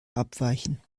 abweichen